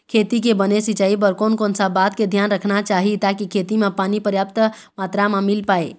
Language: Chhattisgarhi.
खेती के बने सिचाई बर कोन कौन सा बात के धियान रखना चाही ताकि खेती मा पानी पर्याप्त मात्रा मा मिल पाए?